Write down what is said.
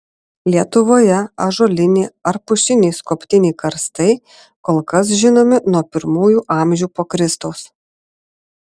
lietuvoje ąžuoliniai ar pušiniai skobtiniai karstai kol kas žinomi nuo pirmųjų amžių po kristaus